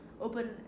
open